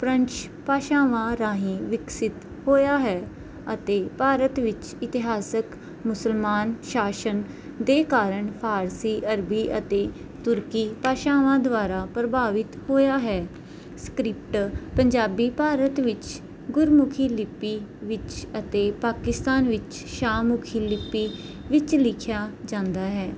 French ਭਾਸ਼ਾਵਾਂ ਰਾਹੀਂ ਵਿਕਸਿਤ ਹੋਇਆ ਹੈ ਅਤੇ ਭਾਰਤ ਵਿੱਚ ਇਤਿਹਾਸਿਕ ਮੁਸਲਮਾਨ ਸ਼ਾਸਨ ਦੇ ਕਾਰਨ ਫਾਰਸੀ ਅਰਬੀ ਅਤੇ ਤੁਰਕੀ ਭਾਸ਼ਾਵਾਂ ਦੁਆਰਾ ਪ੍ਰਭਾਵਿਤ ਹੋਇਆ ਹੈ ਸਕ੍ਰਿਪਟ ਪੰਜਾਬੀ ਭਾਰਤ ਵਿੱਚ ਗੁਰਮੁਖੀ ਲਿਪੀ ਵਿੱਚ ਅਤੇ ਪਾਕਿਸਤਾਨ ਵਿੱਚ ਸ਼ਾਹਮੁਖੀ ਲਿਪੀ ਵਿੱਚ ਲਿਖਿਆ ਜਾਂਦਾ ਹੈ